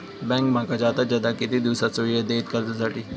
Bank माका जादात जादा किती दिवसाचो येळ देयीत कर्जासाठी?